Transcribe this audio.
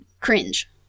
Cringe